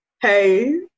hey